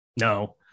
No